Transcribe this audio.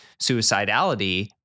suicidality